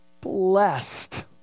blessed